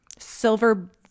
Silver